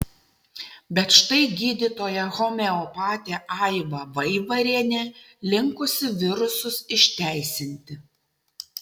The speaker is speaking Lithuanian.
bet štai gydytoja homeopatė aiva vaivarienė linkusi virusus išteisinti